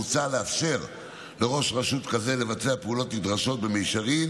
מוצע לאפשר לראש רשות כזה לבצע פעולות נדרשות במישרין